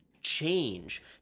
change